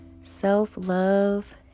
Self-love